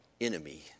enemy